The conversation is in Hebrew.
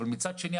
אבל מצד שני,